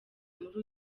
muri